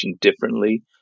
differently